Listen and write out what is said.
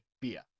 beer